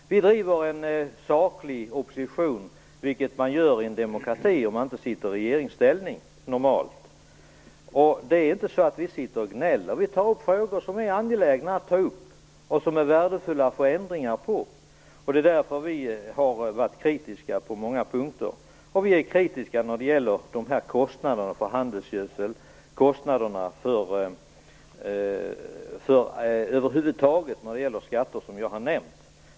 Vi driver en saklig oppositionspolitik, vilket man normalt gör i en demokrati om man inte sitter i regeringsställning. Vi sitter inte bara och gnäller. Vi tar upp frågor som är angelägna att ta upp och där det är värdefullt att få en ändring till stånd. Det är därför som vi har varit kritiska på många punkter. Vi är kritiska när det gäller kostnaderna för handelsgödsel och de skatter som jag över huvud taget har nämnt.